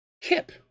Kip